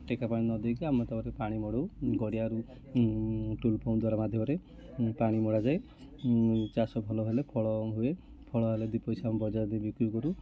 ଟେକା ପାଣି ନ ଦେଇକି ଆମେ ତା'ପରେ ପାଣି ମଡ଼ାଉ ଗଡ଼ିଆରୁ ଟୁଲ୍ ପ୍ଲମ୍ପ ମାଧ୍ୟମରେ ପାଣି ମଡ଼ାଯାଏ ଚାଷ ଭଲ ହେଲେ ଫଳ ହୁଏ ଫଳ ଭଲ ହେଲେ ଦୁଇ ପଇସା ଆମ ବଜାରରେ ବିକ୍ରି କରୁ